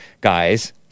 guys